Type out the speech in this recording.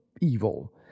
evil